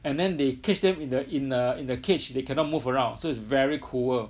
and then they catch them in the in a in a cage they cannot move around so it's very cruel